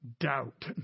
doubt